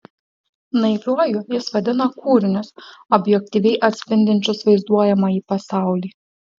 naiviuoju jis vadina kūrinius objektyviai atspindinčius vaizduojamąjį pasaulį